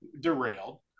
derailed